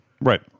Right